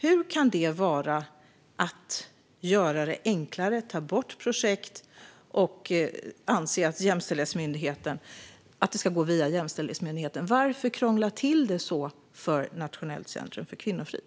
Hur kan detta vara att göra det enklare - att ta bort projekt och anse att det ska gå via Jämställdhetsmyndigheten? Varför krångla till det så för Nationellt centrum för kvinnofrid?